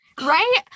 right